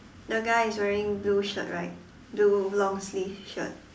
the guy is wearing blue shirt right blue long sleeve shirt